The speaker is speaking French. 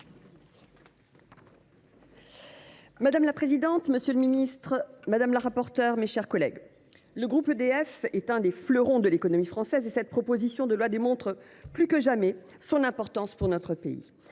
Madame la présidente, monsieur le ministre, mes chers collègues, le groupe EDF est l’un des fleurons de l’économie française et cette proposition de loi démontre plus que jamais son importance pour notre pays.